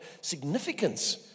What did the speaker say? significance